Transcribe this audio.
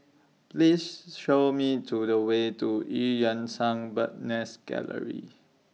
Please Show Me to The Way to EU Yan Sang Bird's Nest Gallery